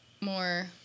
more